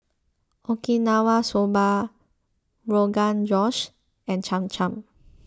Okinawa Soba Rogan Josh and Cham Cham